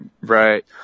Right